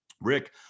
Rick